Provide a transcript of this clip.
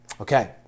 Okay